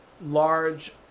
large